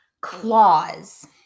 Claws